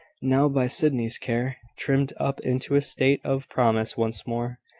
now, by sydney's care, trimmed up into a state of promise once more.